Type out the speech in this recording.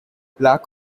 lack